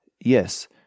Yes